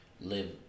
live